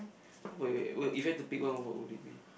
how about you wait if have to pick one what would it be